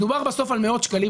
מדובר בסוף על מאות שקלים.